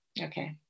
Okay